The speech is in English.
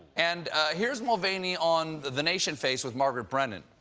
and here's mulvaney on the nation-face with margaret brennan.